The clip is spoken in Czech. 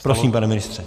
Prosím, pane ministře.